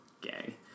Gay